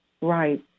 right